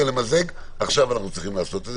למזג עכשיו אנחנו צריכים לעשות את זה,